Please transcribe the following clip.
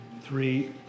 three